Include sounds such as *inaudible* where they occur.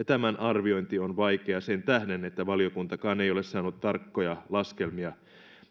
*unintelligible* tämän arviointi on vaikeaa sen tähden että valiokuntakaan ei ole saanut tarkkoja laskelmia